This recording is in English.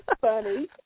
funny